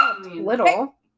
Little